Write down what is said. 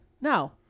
No